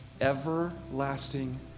everlasting